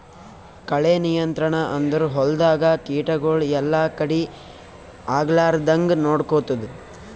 ಕಳೆ ನಿಯಂತ್ರಣ ಅಂದುರ್ ಹೊಲ್ದಾಗ ಕೀಟಗೊಳ್ ಎಲ್ಲಾ ಕಡಿ ಆಗ್ಲಾರ್ದಂಗ್ ನೊಡ್ಕೊತ್ತುದ್